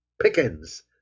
Pickens